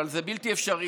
אבל זה בלתי אפשרי.